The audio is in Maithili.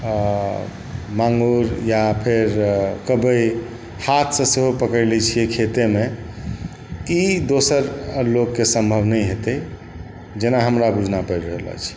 माङ्गुर या फेर कोनो कब्बै हाथसँ सेहो पकड़ि लै छिए खेतेमे ई दोसर लोकके सम्भव नहि हेतै जेना हमरा बुझना पड़ि रहल अछि